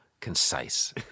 concise